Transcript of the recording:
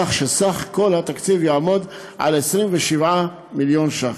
כך שסך התקציב יעמוד על 27 מיליון ש"ח.